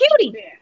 cutie